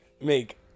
make